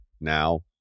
now